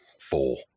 four